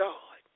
God